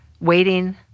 waiting